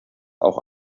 auch